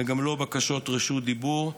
וגם לא בקשות רשות דיבור.